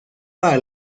para